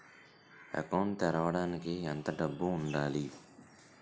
Account తెరవడానికి ఎంత డబ్బు ఉండాలి?